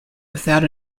without